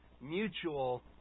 Mutual